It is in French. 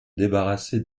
débarrasser